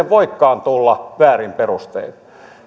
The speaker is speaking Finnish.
voikaan tulla väärin perustein